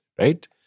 right